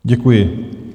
Děkuji.